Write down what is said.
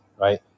right